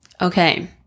Okay